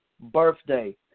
birthday